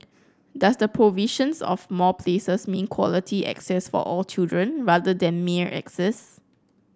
does the provisions of more places mean quality access for all children rather than mere access